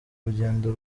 rugendo